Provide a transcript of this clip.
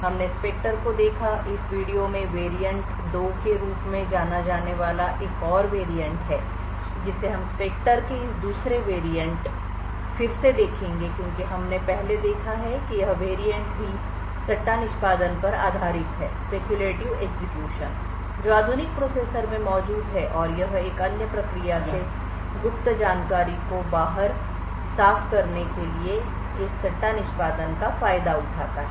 हमने स्पेक्टर को देखा इस वीडियो में वेरिएंट 2 के रूप में जाना जाने वाला एक और वेरिएंट है जिसे हम स्पेक्टर के इस दूसरे वेरिएंट फिर से देखेंगे क्योंकि हमने पहले देखा है कि यह वेरिएंट भी सट्टा निष्पादन पर आधारित है जो आधुनिक प्रोसेसर में मौजूद है और यह एक अन्य प्रक्रिया से गुप्त जानकारी को बाहर साफ करने के लिए इस सट्टा निष्पादन का फायदा उठाता है